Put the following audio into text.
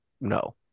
no